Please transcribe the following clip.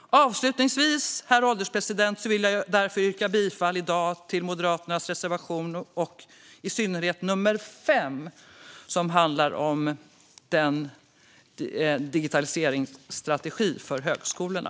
Avslutningsvis, herr ålderspresident, vill jag i dag yrka bifall till Moderaternas reservation nr 5, som handlar om en digitaliseringsstrategi för högskolorna.